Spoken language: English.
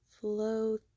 flow